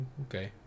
Okay